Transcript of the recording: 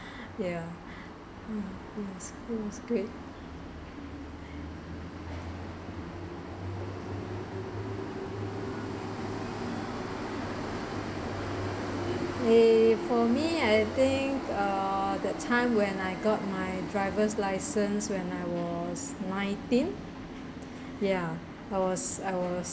ya it was it was great eh for me I think uh the time when I got my driver's licence when I was nineteen ya I was I was